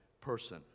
person